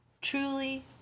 Truly